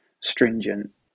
stringent